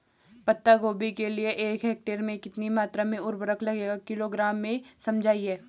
पत्ता गोभी के लिए एक हेक्टेयर में कितनी मात्रा में उर्वरक लगेगा किलोग्राम में समझाइए?